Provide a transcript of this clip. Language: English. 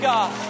God